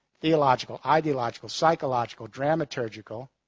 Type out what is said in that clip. theological, ideological, psychological, dramaturgical,